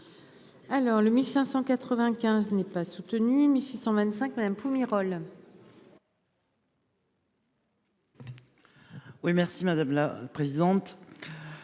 Alors le 1595 n'est pas soutenu 1625 madame Pumerole. Oui merci madame la présidente.